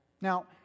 Now